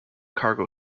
cargo